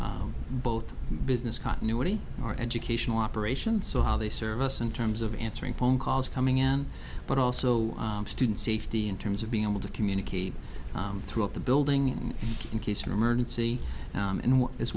of both business continuity our educational operation so how they serve us in terms of answering phone calls coming in but also student safety in terms of being able to communicate throughout the building in case of emergency